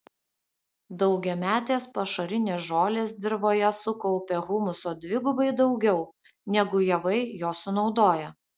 daugiametės pašarinės žolės dirvoje sukaupia humuso dvigubai daugiau negu javai jo sunaudoja